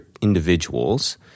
individuals